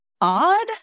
odd